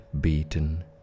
beaten